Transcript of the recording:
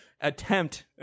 attempt